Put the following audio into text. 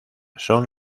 son